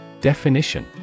Definition